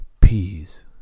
peas